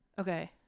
okay